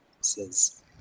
Says